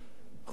חברי חברי הכנסת,